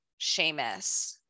Seamus